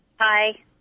Hi